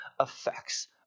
effects